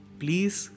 please